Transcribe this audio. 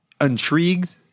intrigued